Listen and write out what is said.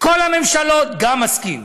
כל הממשלות, גם מסכים.